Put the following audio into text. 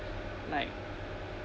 like